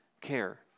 care